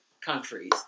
countries